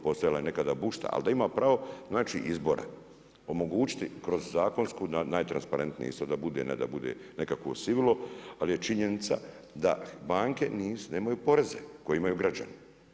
Postojala je nekada … ali da ima pravo izbora omogućiti kroz zakonsku najtransparentnije isto da bude, ne da bude nekakvo sivilo, ali je činjenica da banke nemaju poreze koje imaju građani.